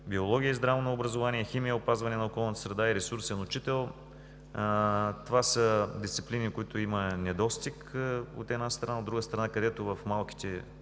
биология и здравно образование, химия, опазване на околната среда и ресурсен учител. Това са дисциплини, от които има недостиг, от една страна; от друга страна, в малките